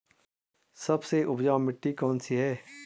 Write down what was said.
सबसे उपजाऊ मिट्टी कौन सी है?